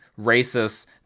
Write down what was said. racists